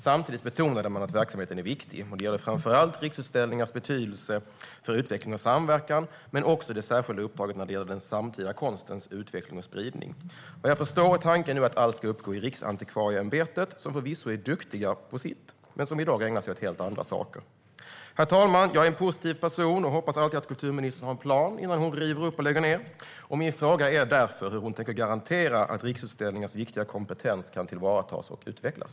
Samtidigt betonades att verksamheten är viktig, och det gäller framför allt Riksutställningarnas betydelse för utveckling och samverkan men också det särskilda uppdraget när det gäller den samtida konstens utveckling och spridning. Vad jag förstår är tanken att allt ska uppgå i Riksantikvarieämbetet, som förvisso är duktiga på sitt men som i dag ägnar sig åt helt andra saker. Herr talman! Jag är en positiv person och hoppas alltid att kulturministern har en plan innan hon river upp och lägger ned. Min fråga är därför: Hur tänker hon garantera att Riksutställningars viktiga kompetens tillvaratas och utvecklas?